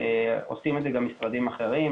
עושים את זה גם משרדים אחרים,